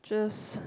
just